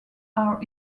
are